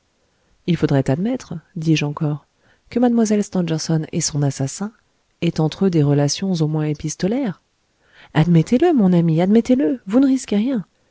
il faudrait admettre dis-je encore que mlle stangerson et son assassin aient entre eux des relations au moins épistolaires admettez le mon ami admettez le vous ne risquez rien